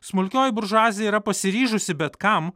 smulkioji buržuazija yra pasiryžusi bet kam